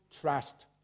trust